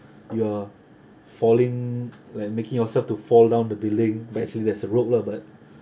you are falling like making yourself to fall down the building but actually there's a rope lah but